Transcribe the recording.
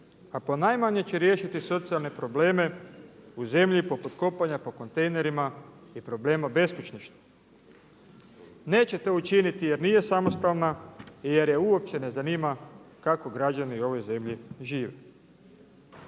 a ponajmanje će riješiti socijalne probleme u zemlji poput kopanja po kontejnerima i problema beskućništva. Neće to učiniti jer nije samostalna i jer je uopće ne zanima kako građani u ovoj zemlji žive.